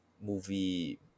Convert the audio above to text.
movie